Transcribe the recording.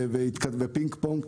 ופינג-פונג.